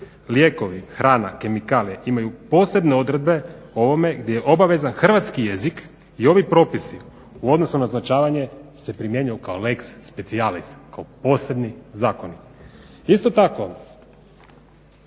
lijekovi, hrana, kemikalije imaju posebne odredbe o ovome gdje je obavezan hrvatski jezik i ovi propisi u odnosu na označavanje se primjenjuje kao lex specialis, kao posebni zakon. Isto tako,